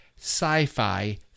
sci-fi